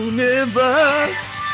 Universe